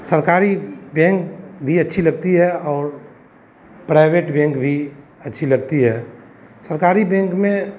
सरकारी बेंक भी अच्छी लगती है और प्राइवेट बैंक भी अच्छी लगती है सरकारी बेंक में